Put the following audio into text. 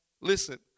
Listen